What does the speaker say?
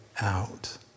out